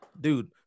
Dude